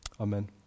Amen